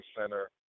Center